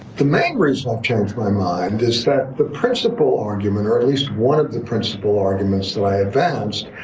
the main reason i've changed my mind is that the principle argument, or at least one of the principle arguments that i advanced,